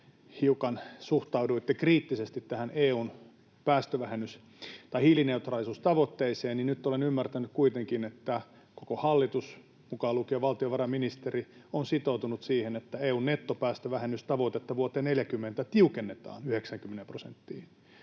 hiukan suhtauduitte kriittisesti tähän EU:n hiilineutraalisuustavoitteeseen, niin nyt olen kuitenkin ymmärtänyt, että koko hallitus mukaan lukien valtiovarainministeri on sitoutunut siihen, että EU:n nettopäästövähennystavoitetta vuoteen 2040 tiukennetaan 90 prosenttiin,